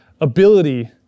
ability